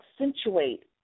accentuate